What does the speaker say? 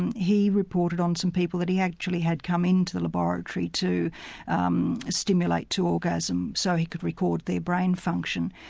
and he reported on some people that he actually had come into the laboratory to um stimulate to orgasm so he could record their brain function.